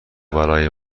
برای